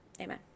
Amen